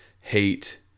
hate